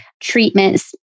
treatments